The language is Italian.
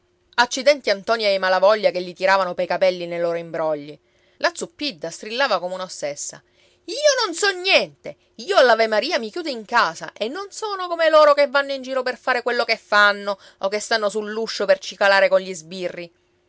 accidenti a ntoni e ai malavoglia che li tiravano pei capelli nei loro imbrogli la zuppidda strillava come un'ossessa io non so niente io all'avemaria mi chiudo in casa e non sono come loro che vanno in giro per fare quello che fanno o che stanno sull'uscio per cicalare con gli sbirri